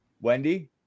Wendy